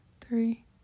three